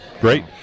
Great